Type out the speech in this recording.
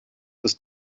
ist